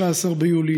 16 ביולי,